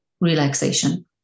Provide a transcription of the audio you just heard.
relaxation